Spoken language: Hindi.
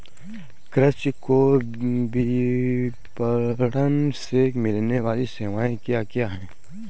कृषि को विपणन से मिलने वाली सेवाएँ क्या क्या है